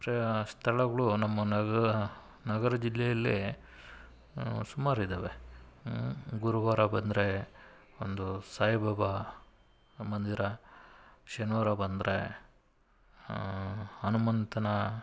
ಸ್ಥಳಗಳು ನಮ್ಮ ನಗರ ನಗರ ಜಿಲ್ಲೆಯಲ್ಲೇ ಸುಮಾರಿವೆ ಗುರುವಾರ ಬಂದರೆ ಒಂದು ಸಾಯಿಬಾಬಾ ಮಂದಿರ ಶನಿವಾರ ಬಂದರೆ ಹನುಮಂತನ